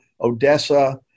Odessa